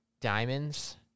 diamonds